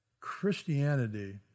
Christianity